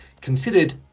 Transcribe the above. considered